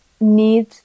need